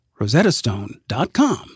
rosettastone.com